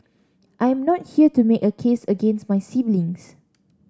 I'm not here to make a case against my siblings